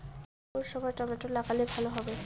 কোন সময় টমেটো লাগালে ভালো হবে?